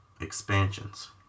expansions